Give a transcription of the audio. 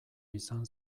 izan